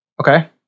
Okay